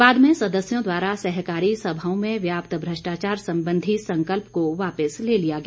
बाद में सदस्यों द्वारा सहकारी सभाओं में व्याप्त भ्रष्टाचार संबंधी संकल्प को वापिस ले लिया गया